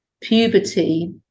Puberty